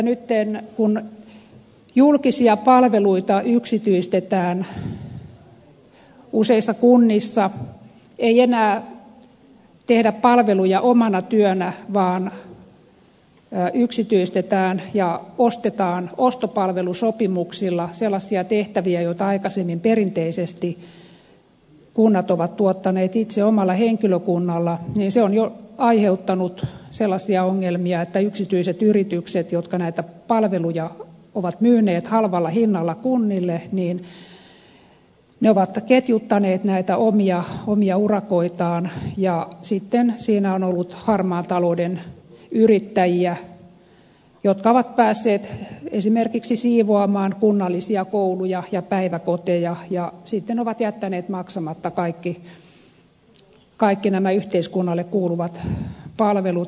nyt kun julkisia palveluita yksityistetään useissa kunnissa ei enää tehdä palveluja omana työnä vaan yksityistetään ja ostetaan ostopalvelusopimuksilla sellaisia tehtäviä joita aikaisemmin perinteisesti kunnat ovat tuottaneet itse omalla henkilökunnalla niin se on jo aiheuttanut sellaisia ongelmia että yksityiset yritykset jotka näitä palveluja ovat myyneet halvalla hinnalla kunnille ovat ketjuttaneet näitä omia urakoitaan ja sitten siinä on ollut harmaan talouden yrittäjiä jotka ovat päässeet esimerkiksi siivoamaan kunnallisia kouluja ja päiväkoteja ja sitten ovat jättäneet maksamatta kaikki nämä yhteiskunnalle kuuluvat maksut